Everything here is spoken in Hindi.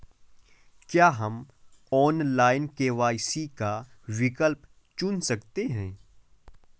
क्या हम ऑनलाइन के.वाई.सी का विकल्प चुन सकते हैं?